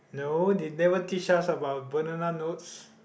no they never teach us about banana notes